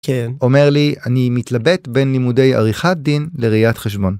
כן. אומר לי, אני מתלבט בין לימודי עריכת דין לראיית חשבון.